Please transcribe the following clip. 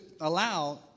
allow